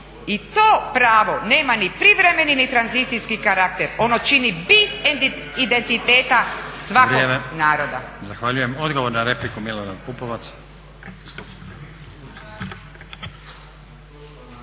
i to pravo nema ni privremeni ni tranzicijski karakter. Ono čini bit identiteta svakog naroda.